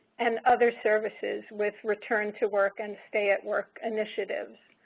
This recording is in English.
and other services with return to work and stay at work initiatives.